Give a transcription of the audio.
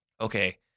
Okay